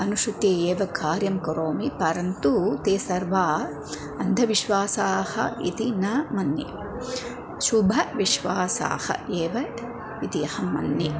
अनुसृत्य एव कार्यं करोमि परन्तु ते सर्वाः अन्धविश्वासाः इति न मन्ये शुभविश्वासाः एव इति अहं मन्ये